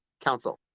council